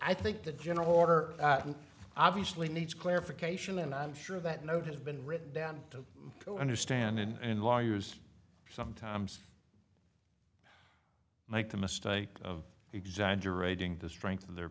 i think the general order obviously needs clarification and i'm sure that note has been written down to understand and lawyers sometimes mike the mistake of exaggerating the strength of their